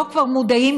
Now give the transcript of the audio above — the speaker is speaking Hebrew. פה כבר מודעים,